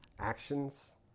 actions